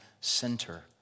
center